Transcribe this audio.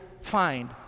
find